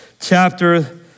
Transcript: chapter